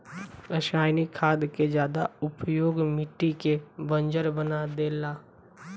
रासायनिक खाद के ज्यादा उपयोग मिट्टी के बंजर बना देला